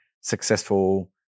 successful